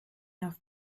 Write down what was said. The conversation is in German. auf